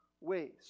ways